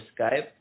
Skype